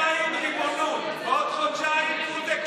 בעוד חודשיים ריבונות,